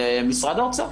למשרד האוצר.